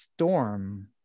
Storm